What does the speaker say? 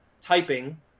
typing